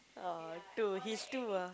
oh two he's two ah